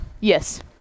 Yes